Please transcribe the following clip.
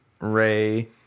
Ray